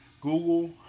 Google